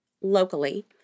locally